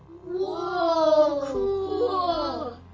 whoa!